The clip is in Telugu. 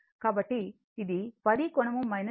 కాబట్టి ఇది 10 కోణం 53